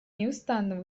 неустанно